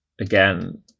again